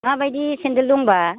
माबायदि सेन्देल दंबा